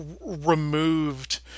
removed